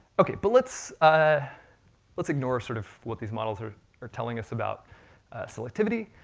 okay, but let's ah let's ignore sort of, what these models are are telling us about selectivity,